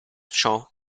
ciò